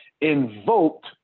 invoked